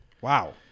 Wow